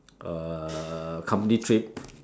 uh company trip